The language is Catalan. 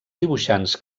dibuixants